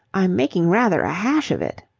i'm making rather a hash of it.